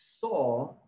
saw